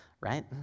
right